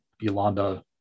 Yolanda